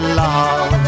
love